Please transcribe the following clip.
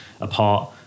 apart